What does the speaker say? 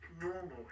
normal